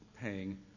paying